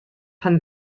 pan